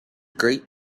great